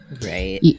Right